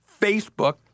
Facebook